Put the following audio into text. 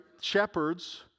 shepherds